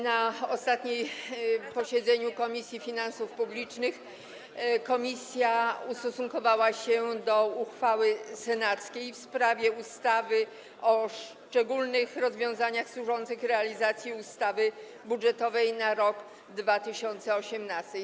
Na swym ostatnim posiedzeniu Komisja Finansów Publicznych ustosunkowała się do uchwały senackiej w sprawie ustawy o szczególnych rozwiązaniach służących realizacji ustawy budżetowej na rok 2018.